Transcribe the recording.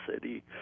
city